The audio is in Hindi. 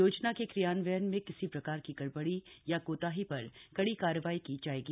योजना के क्रियान्वयन में किसी प्रकार की गड़बड़ी या कोताही पर कड़ी कार्रवाई की जाएगी